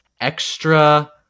extra